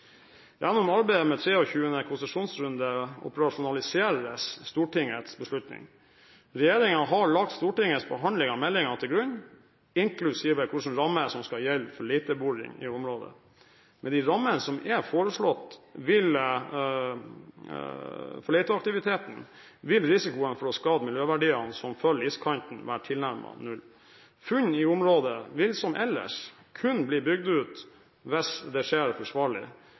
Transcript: Gjennom arbeidet med 23. konsesjonsrunde operasjonaliseres Stortingets beslutning. Regjeringen har lagt Stortingets behandling av meldingen til grunn, inklusive hvilke rammer som skal gjelde for leteboring i området. Med de rammene som er foreslått for leteaktiviteten, vil risikoen for å skade miljøverdiene som følger iskanten, være tilnærmet null. Funn i området vil som ellers kun bli bygd ut hvis det skjer forsvarlig.